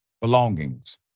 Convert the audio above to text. belongings